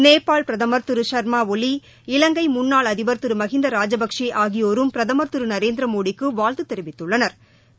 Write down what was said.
நேபாள் பிரதமர் திரு சர்மா ஒலி இலங்கை முன்னாள் அதிபர் திரு மகிந்தா ராஜபக்ஷே ஆகியோரும் பிரதமர் திரு நரேந்திரமோடிக்கு வாழ்த்து தெரிவித்துள்ளனா்